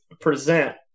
present